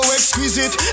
exquisite